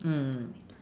mm